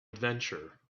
adventure